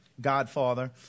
godfather